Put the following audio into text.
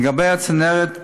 לגבי הצנרת במבנים,